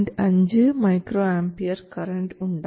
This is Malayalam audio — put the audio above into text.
5 µA കറൻറ് ഉണ്ടാകും